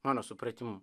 mano supratimu